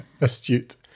astute